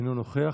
אינו נוכח.